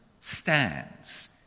stands